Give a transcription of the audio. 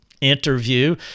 interview